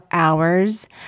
hours